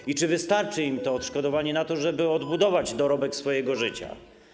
I czy wystarczy im to odszkodowanie na to, żeby odbudować dorobek swojego życia?